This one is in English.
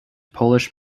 polish